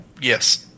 Yes